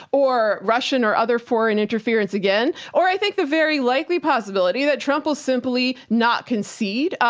or russian or other foreign interference again, or i think the very likely possibility that trump will simply not concede.